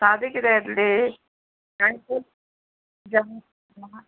सादी किदें येतली